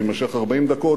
יימשך 40 דקות,